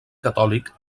catòlic